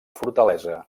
fortalesa